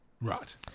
Right